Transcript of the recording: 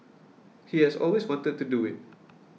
he has always wanted to do it